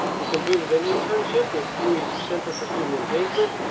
he completed an internship with ue's center for student engagement,